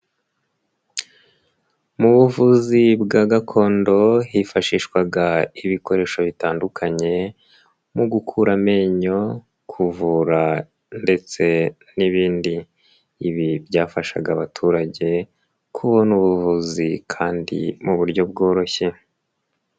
Mu buvuzi bwa gakondo hifashishwaga ibikoresho bitandukanye, mu gukura amenyo, kuvura ndetse n'ibindi. Ibi byafashaga abaturage kubona ubuvuzi kandi mu buryo bworoshye.